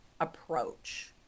approach